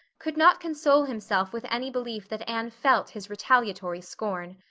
could not console himself with any belief that anne felt his retaliatory scorn.